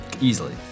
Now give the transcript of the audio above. Easily